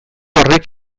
horrek